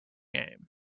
aim